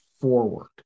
forward